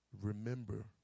remember